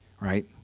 right